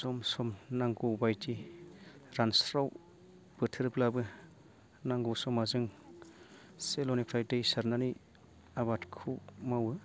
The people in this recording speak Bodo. सम सम नांगौबायदि रानस्राव बोथोरब्लाबो नांगौ समाव जों सेल'निफ्राय दै सारनानै आबादखौ मावो